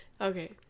Okay